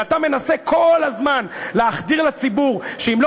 ואתה מנסה כל הזמן להחדיר לציבור שאם לא